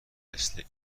مثل